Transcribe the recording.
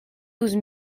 douze